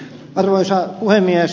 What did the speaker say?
arvoisa puhemies